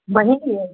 बहिन यै